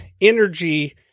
energy